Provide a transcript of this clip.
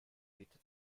bitte